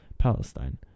palestine